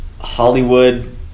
Hollywood